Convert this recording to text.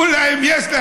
לכולם יש,